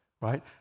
right